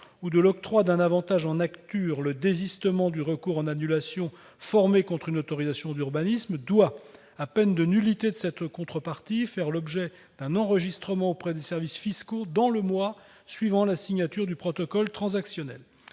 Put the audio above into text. ou de l'octroi d'un avantage en nature, le désistement du recours en annulation formé contre une autorisation d'urbanisme, doit, à peine de nullité de cette contrepartie, faire l'objet d'un enregistrement auprès des services fiscaux dans le mois suivant la signature du protocole transactionnel.